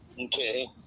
Okay